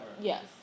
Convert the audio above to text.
Yes